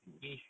mm